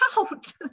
out